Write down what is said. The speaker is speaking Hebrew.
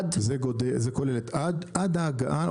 זה כולל את עד ההגעה,